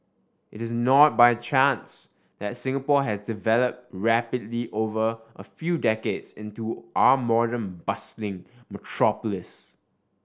it is not by chance that Singapore has developed rapidly over a few decades into our modern bustling metropolis